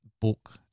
book